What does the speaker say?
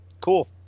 Cool